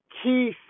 Key